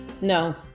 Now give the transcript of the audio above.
No